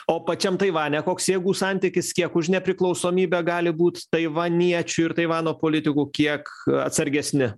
o pačiam taivane koks jėgų santykis kiek už nepriklausomybę gali būt taivaniečių ir taivano politikų kiek atsargesni